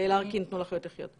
יעל ארקין מ'תנו לחיות לחיות'.